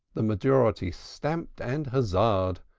the majority stamped and huzzahed.